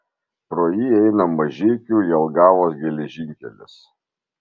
pro jį eina mažeikių jelgavos geležinkelis